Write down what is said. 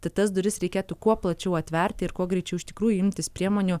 tai tas duris reikėtų kuo plačiau atverti ir kuo greičiau iš tikrųjų imtis priemonių